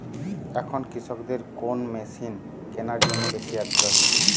এখন কৃষকদের কোন মেশিন কেনার জন্য বেশি আগ্রহী?